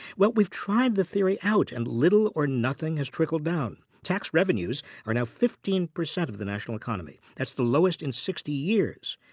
we've tried the theory out, and little or nothing has trickled down. tax revenues are now fifteen percent of the national economy. that's the lowest in sixty years.